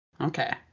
Okay